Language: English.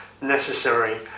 necessary